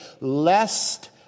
Lest